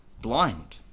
blind